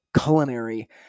culinary